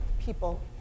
people